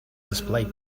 display